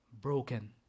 broken